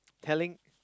telling